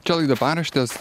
čia laida paraštės